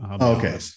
Okay